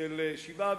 של שבעה,